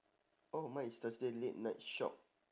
oh mine is thursday late night shop